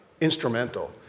instrumental